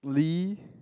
Lee